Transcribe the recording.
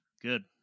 Good